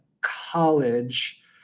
college